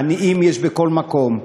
עניים יש בכל מקום,